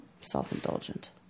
Self-indulgent